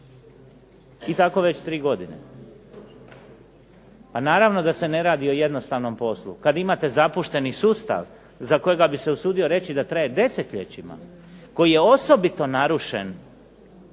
I tako već tri godine. Pa naravno da se ne radi o jednostavnom poslu, kad imate zapušteni sustav za kojega bi se usudio reći da traje desetljećima, koji je osobito narušen